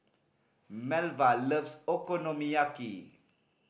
Melva loves Okonomiyaki